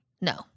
No